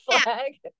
flag